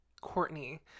Courtney